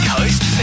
Coast